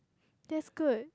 that's good